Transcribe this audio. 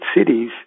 cities